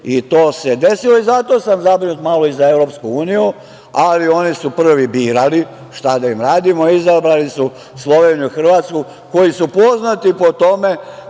i to se desilo. Zato sam zabrinut malo i za Evropsku uniju, ali oni su prvi birali, šta da im radimo. Izabrali su Sloveniju i Hrvatsku, koje su poznate po tome